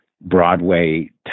Broadway